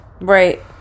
right